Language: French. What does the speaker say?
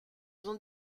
ont